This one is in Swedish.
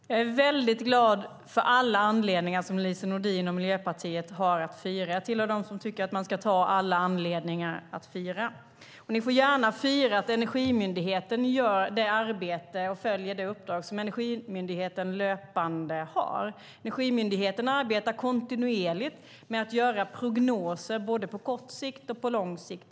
Herr talman! Jag är väldigt glad för alla anledningar som Lise Nordin och Miljöpartiet har att fira. Jag tillhör dem som tycker att man ska ta alla anledningar att fira. Ni får gärna fira att Energimyndigheten gör det arbete och följer det uppdrag som Energimyndigheten löpande har. Energimyndigheten arbetar kontinuerligt med att göra prognoser både på kort sikt och på lång sikt.